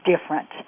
different